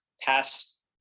past